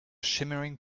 shimmering